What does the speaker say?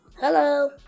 Hello